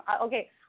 Okay